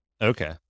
Okay